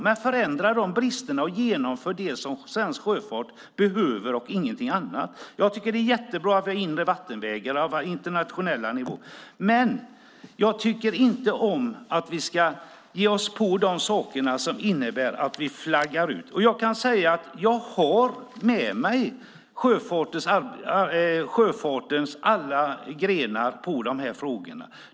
Men åtgärda då de bristerna och genomför det som svensk sjöfart behöver och ingenting annat! Jag tycker att det är jättebra att vi har inre vattenvägar på internationell nivå, men jag tycker inte om att vi ska ge oss på de saker som innebär att vi flaggar ut. Jag kan säga att jag har med mig sjöfartens alla grenar i de här frågorna.